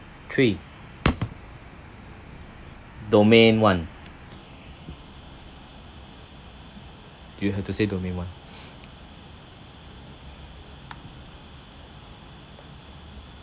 three domain one you have to say domain one